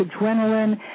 adrenaline